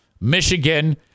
Michigan